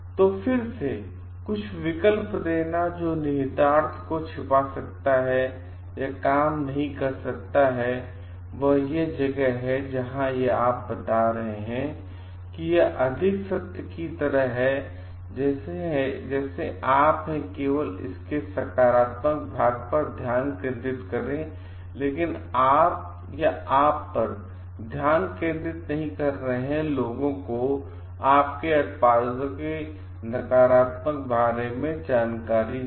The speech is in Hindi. तो फिर से कुछ विकल्प देना जो निहितार्थ को छिपा सकता है या काम नहीं कर सकता है यह वह जगह है जहाँ आप यह बता रहे हैं कि यह अधिक सत्य की तरह है जैसे आप हैं केवल इसके सकारात्मक भाग पर ध्यान केंद्रित करें लेकिन आप या आप पर ध्यान केंद्रित नहीं कर रहे हैं लोगों को आपके उत्पादों के नकारात्मक भाग के बारे में नहीं बताना